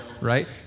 Right